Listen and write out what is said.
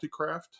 Multicraft